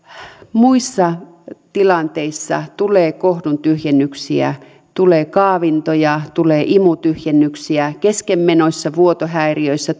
muissa tilanteissa tulee kohdun tyhjennyksiä tulee kaavintoja tulee imutyhjennyksiä keskenmenoissa vuotohäiriöissä